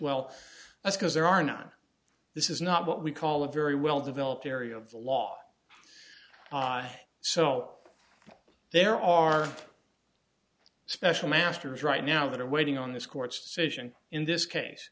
well that's because there are not this is not what we call a very well developed area of the law so there are special masters right now that are waiting on this court's decision in this case